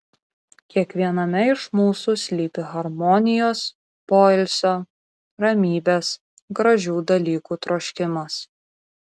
kiekviename iš mūsų slypi harmonijos poilsio ramybės gražių dalykų troškimas